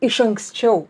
iš anksčiau